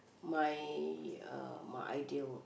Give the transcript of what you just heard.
my uh my ideal